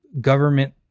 government